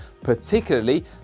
particularly